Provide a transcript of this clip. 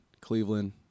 Cleveland